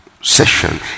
session